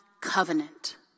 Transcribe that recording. covenant